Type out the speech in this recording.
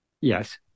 Yes